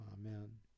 Amen